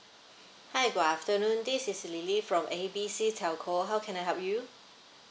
hi good afternoon this is lily from A B C telco how can I help you